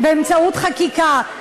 באמצעות חקיקה.